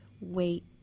wait